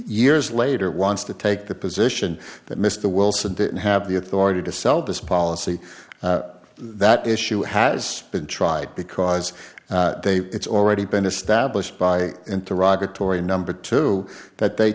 years later wants to take the position that mr wilson didn't have the authority to sell this policy that issue has been tried because they it's already been established by into raga tory number two that they